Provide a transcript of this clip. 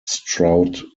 stroud